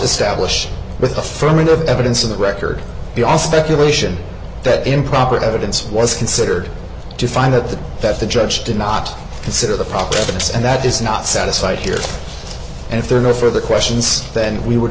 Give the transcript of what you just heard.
establish with affirmative evidence in the record the all speculation that improper evidence was considered to find that the that the judge did not consider the proper this and that is not satisfied here and if there are no further questions then we would